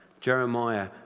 Jeremiah